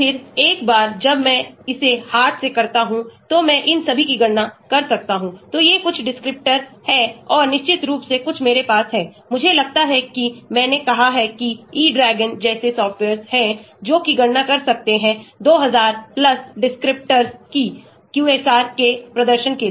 और फिर एक बार जब मैं इसे हाथ से करता हूं तो मैं इन सभी की गणना कर सकता हूं तो ये कुछ descriptors हैं और निश्चित रूप से कुछ मेरे पास हैं मुझे लगता है कि मैंने कहा है कि e dragon जैसे सॉफ्टवेयर्स हैं जो की गणना कर सकते हैं 2000 descriptors की QSAR के प्रदर्शन के लिए